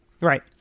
Right